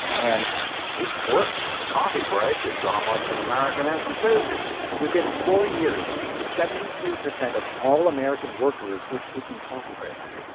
and it worked. a coffee break is almost an american aspiration within four years. seventy three percent of all american workers were taking coffee breaks